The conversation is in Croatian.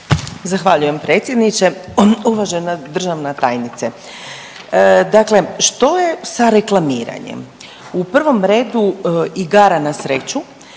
Zahvaljujem predsjedniče. Uvažena državna tajnice. Dakle, što je sa reklamiranjem u prvom redu igara na sreću?